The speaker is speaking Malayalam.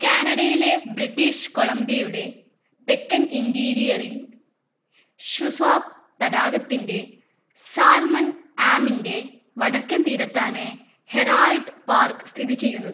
കാനഡയിലെ ബ്രിട്ടീഷ് കൊളംബിയയുടെ തെക്കൻ ഇൻറ്റീരിയറിൽ ഷുസ്വാപ് തടാകത്തിൻ്റെ സാൽമൺ ആമിൻ്റെ വടക്കൻ തീരത്താണ് ഹെറാൾഡ് പാർക്ക് സ്ഥിതി ചെയ്യുന്നത്